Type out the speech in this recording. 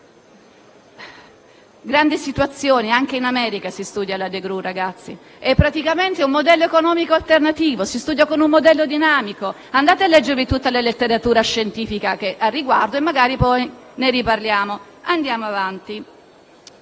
grandi situazioni; anche in America si studia la *degrowth*. È praticamente un modello economico alternativo, si studia con un modello dinamico; andate a leggervi tutta la letteratura scientifica a riguardo e, magari, poi ne riparliamo. Nell'esercizio